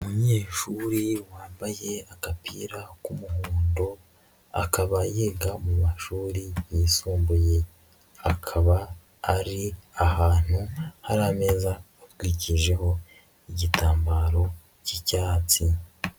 Umunyeshuri wambaye agapira k'umuhondo akaba yiga mu mashuri yisumbuye, akaba ari ahantu hari ameza atwikijeho igitambaro cy'icyatsi.